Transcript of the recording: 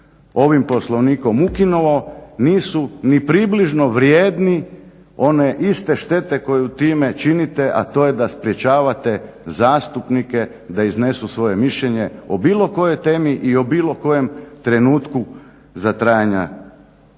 ovim Poslovnikom ukinuo nisu ni približno vrijedni one iste štete koju time činite, a to je da sprječavate zastupnike da iznesu svoje mišljenje o bilo kojoj temi i o bilo kojem trenutku za trajanja